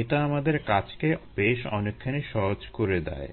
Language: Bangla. এটা আমাদের কাজকে বেশ অনেকখানি সহজ করে দেয়